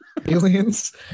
Aliens